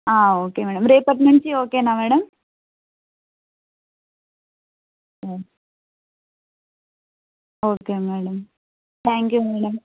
okay madam రేపటి నుంచి ఓకేనా madam okay madam thank you madam